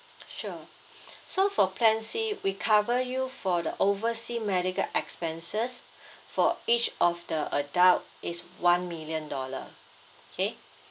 sure so for plan C we cover you for the oversea medical expenses for each of the adult is one million dollar okay